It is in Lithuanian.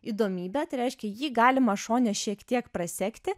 įdomybę tai reiškia jį galima šone šiek tiek prasegti